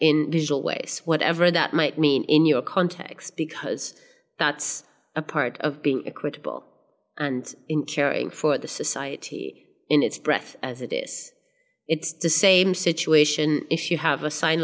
visual ways whatever that might mean in your context because that's a part of being equitable and in caring for the society in its breath as it is it's the same situation if you have a sign